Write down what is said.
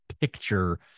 picture